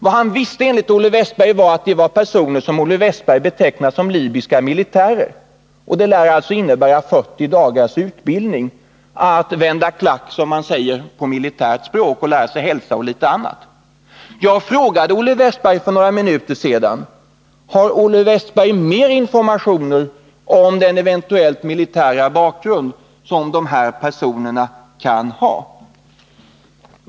Vad han visste, enligt Olle Wästberg, var att det rörde sig om personer som Olle Wästberg betecknar som libyska militärer — och det lär innebära 40 dagars utbildning i att ”vända klack”, som man säger på militärt språk, lära sig hälsa och litet annat. Jag frågade Olle Wästberg för några minuter sedan: Har Olle Wästberg mer informationer om den eventuella militära bakgrund som de här personerna kan ha?